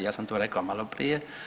Ja sam to rekao i malo prije.